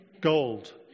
Gold